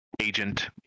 agent